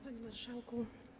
Panie Marszałku!